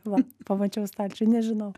va pamačiau stalčių nežinau